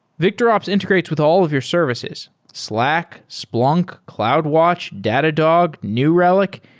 victorops integrates with all of your services slack, splunk, cloudwatch, datadog, new relic,